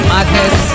Madness